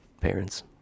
parents